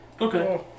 Okay